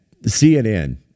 cnn